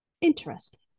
interesting